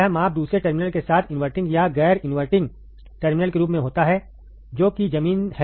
यह माप दूसरे टर्मिनल के साथ इनवर्टिंग या गैर इनवर्टिंग टर्मिनल के संबंध में होता है जो कि जमीन है